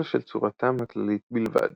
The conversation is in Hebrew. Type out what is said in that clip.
אלא של צורתם הכללית בלבד.